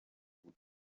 بودن